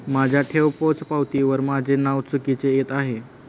माझ्या ठेव पोचपावतीवर माझे नाव चुकीचे येत आहे